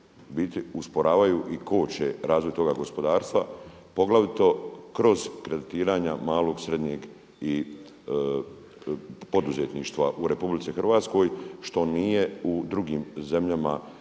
usporavaju i koče razvoj toga gospodarstva poglavito kroz kreditiranja malog, srednjeg i poduzetništva u RH što nije u drugim zemljama